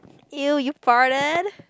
!eww! you farted